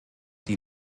die